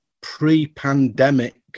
pre-pandemic